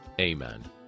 amen